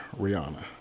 rihanna